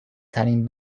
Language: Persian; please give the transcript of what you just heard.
ترین